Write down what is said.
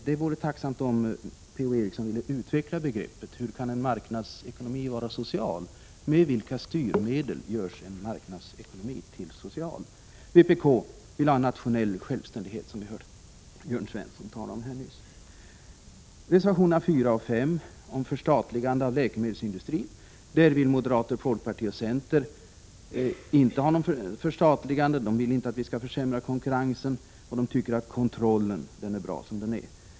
Det vore tacksamt om Per-Ola Eriksson ville utveckla det begreppet. Hur kan en marknadsekonomi vara social? Med vilka styrmedel görs en marknadsekonomi social? Vpk vill ha nationell självständighet, som vi hörde Jörn Svensson tala om nyss. Reservationerna 4 och 5 handlar om förstatligande av läkemedelsindustrin. Moderater, folkparti och center vill inte ha något förstatligande. De vill inte att vi skall försämra konkurrensen, och de tycker att kontrollen är bra som den är.